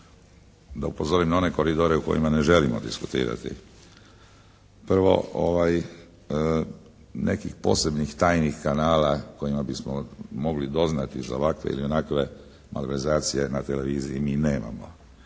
da upozorim na one koridore o kojima ne želimo diskutirati. Prvo, nekih posebnih tajnih kanala kojima bismo mogli doznati za ovakve ili onakve malverzacije na televiziji mi nemamo.